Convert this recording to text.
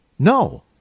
No